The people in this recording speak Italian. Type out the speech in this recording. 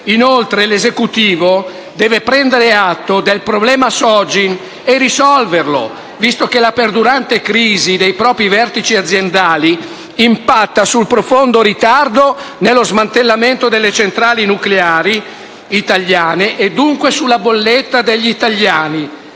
Inoltre, l'Esecutivo deve prendere atto del problema Sogin e risolverlo, visto che la perdurante crisi dei propri vertici aziendali impatta sul profondo ritardo nello smantellamento delle centrali nucleari italiane e dunque sulla bolletta degli italiani.